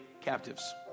captives